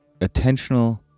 Attentional